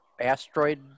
asteroid